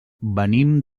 venim